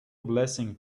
blessing